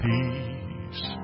Peace